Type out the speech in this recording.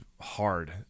hard